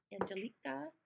angelica